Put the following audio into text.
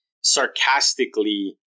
sarcastically